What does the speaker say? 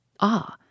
Ah